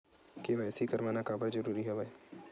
KYC करवाना काबर जरूरी हवय?